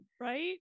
Right